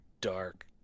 dark